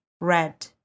red